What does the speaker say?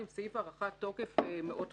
עם סעיף הארכת תוקף מאוד חריג,